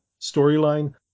storyline